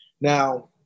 Now